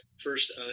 first